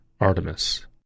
Artemis